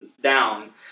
down